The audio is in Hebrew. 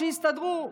שיסתדרו.